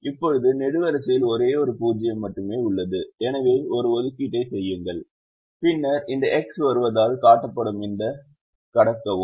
இப்போது நெடுவரிசையில் ஒரே ஒரு 0 மட்டுமே உள்ளது எனவே ஒரு ஒதுக்கீட்டை செய்யுங்கள் பின்னர் இந்த எக்ஸ் வருவதால் காட்டப்படும் இதைக் கடக்கவும்